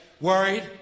worried